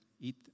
eat